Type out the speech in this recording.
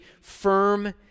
firm